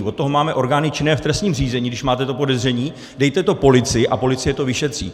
Od toho máme orgány činné v trestním řízení, když máte to podezření, dejte to policii a policie to vyšetří.